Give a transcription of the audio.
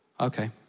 Okay